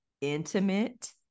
intimate